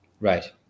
right